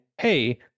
hey